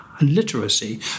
literacy